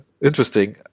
interesting